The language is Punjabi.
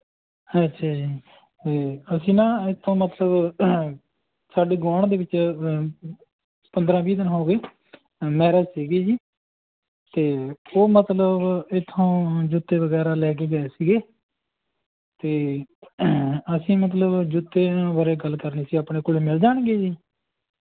ਅੱਛਾ ਜੀ ਅਸੀਂ ਨਾ ਇੱਥੋਂ ਮਤਲਬ ਸਾਡੇ ਗੁਆਂਢ ਦੇ ਵਿੱਚ ਪੰਦਰ੍ਹਾਂ ਵੀਹ ਦਿਨ ਹੋ ਗਏ ਮੈਰਿਜ ਸੀਗੀ ਜੀ ਅਤੇ ਉਹ ਮਤਲਬ ਇੱਥੋਂ ਜੁੱਤੇ ਵਗੈਰਾ ਲੈ ਕੇ ਗਏ ਸੀਗੇ ਅਤੇ ਅਸੀਂ ਮਤਲਬ ਜੁੱਤਿਆਂ ਬਾਰੇ ਗੱਲ ਕਰਨੀ ਸੀ ਆਪਣੇ ਕੋਲ ਮਿਲ ਜਾਣਗੇ ਜੀ